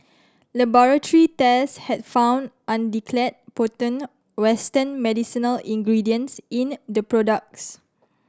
laboratory tests had found undeclared potent western medicinal ingredients in the products